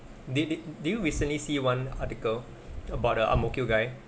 did did did you recently see one article about the ang mo kio guy